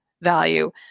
value